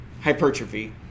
hypertrophy